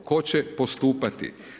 Tko će postupati.